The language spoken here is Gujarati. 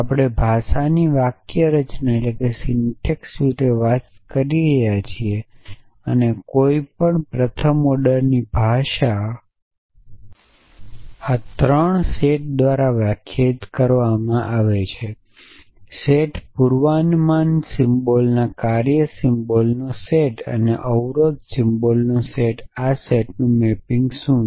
આપણે ભાષાની વાક્યરચના વિશે વાત કરી રહ્યા છીએ કોઈપણ પ્રથમ ઓર્ડરની ભાષા આ 3 સેટ્સ દ્વારા વ્યાખ્યાયિત કરવામાં આવી છે સેટ પૂર્વાનુમાન સિમ્બોલ કાર્ય સિમ્બોલનો સેટ અને અવરોધ સિમ્બોલનો સેટ આ સેટ્સનું મેપિંગ શું છે